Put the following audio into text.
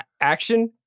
action